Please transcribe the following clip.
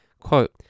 quote